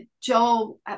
Joel